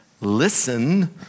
listen